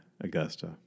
Augusta